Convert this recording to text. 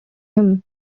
him